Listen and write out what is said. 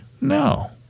No